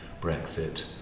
Brexit